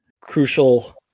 crucial